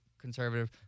conservative